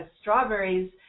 strawberries